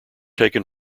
taken